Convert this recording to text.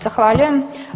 Zahvaljujem.